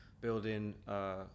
building